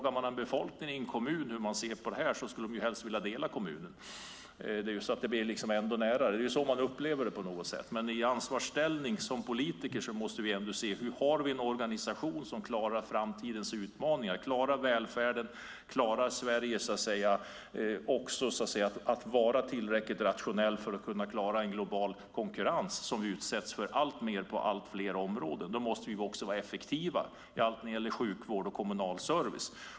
Om befolkningen i en kommun får frågan hur de ser på frågan vill de helst dela kommunen. Det blir ännu närmare. Det är så frågan upplevs. När man är politiker i ansvarig ställning måste man se på hur organisationen klarar framtidens utmaningar, välfärden, att vara tillräckligt rationell för att klara en global konkurrens, som vi utsätts för alltmer på allt fler områden. Då måste vi vara effektiva i allt från sjukvård till kommunal service.